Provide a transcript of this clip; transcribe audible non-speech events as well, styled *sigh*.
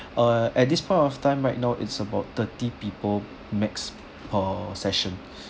err at this point of time right now it's about thirty people max per session *breath*